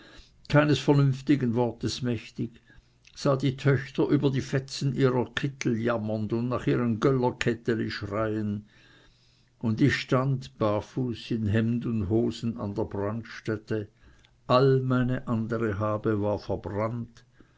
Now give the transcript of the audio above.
keines vernünftigen wortes mächtig sah die töchter über die fetzen ihrer kittel jammern und nach ihren göllerketteli schreien und ich stand barfuß in hemd und hosen an der brandstätte all meine andere habe war verbrannt